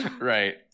Right